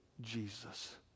Jesus